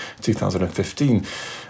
2015